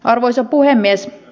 arvoisa puhemies